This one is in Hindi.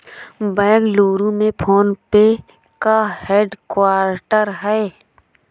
बेंगलुरु में फोन पे का हेड क्वार्टर हैं